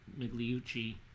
migliucci